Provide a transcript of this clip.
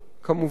כמובן.